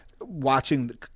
watching